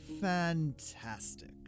fantastic